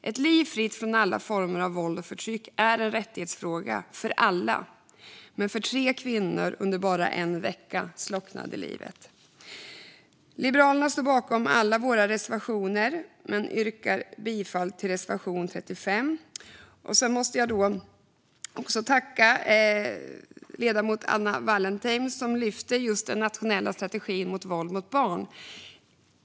Ett liv fritt från alla former av våld och förtryck är en rättighetsfråga för alla. Men för tre kvinnor slocknade livet under bara en vecka. Vi i Liberalerna står bakom alla våra reservationer, men jag yrkar bifall till reservation 35. Jag vill även tacka ledamoten Anna Wallentheim som tog upp den nationella strategin mot våld mot barn.